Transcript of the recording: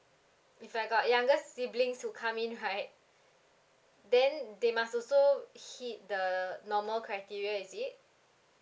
if I got youngers siblings to come in right then they must also hit the normal criteria is it